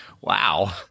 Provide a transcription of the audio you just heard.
Wow